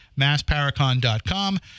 massparacon.com